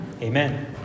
Amen